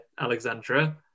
alexandra